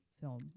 film